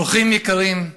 אורחים יקרים,